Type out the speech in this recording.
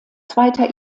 zweiter